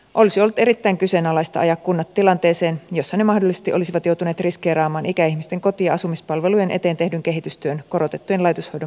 olisi ollut erittäin kyseenalaista ajaa kunnat tilanteeseen jossa ne mahdollisesti olisivat joutuneet riskeeraamaan ikäihmisten koti ja asumispalvelujen eteen tehdyn kehitystyön korotettujen laitoshoidon mitoitusten vuoksi